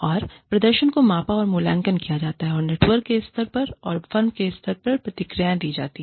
और प्रदर्शन को मापा और मूल्यांकन किया जाता है और नेटवर्क के स्तर पर और फर्म के स्तर पर प्रतिक्रिया नहीं दी जाती है